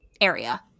area